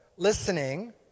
Listening